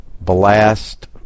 blast